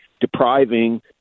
depriving